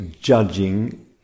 judging